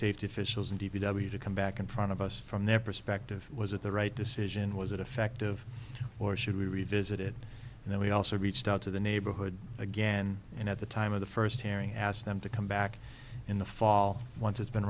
safety officials and d p w to come back in front of us from their perspective was it the right decision was it effective or should we revisit it and then we also reached out to the neighborhood again and at the time of the first hearing asked them to come back in the fall once it's been